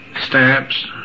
stamps